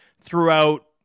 throughout